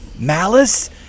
malice